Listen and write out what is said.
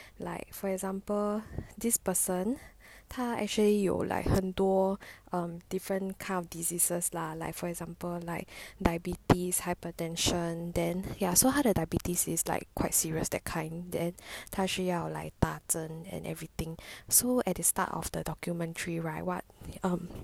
like for example this person 他 actually 有 like 很多 um different kind of diseases lah like for example like diabetes hypertension then ya so 他的 diabetes is like quite serious that kind then 他需要 like 打针 and everything so at the start of the documentary right [what] um